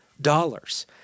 dollars